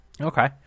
Okay